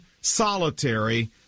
solitary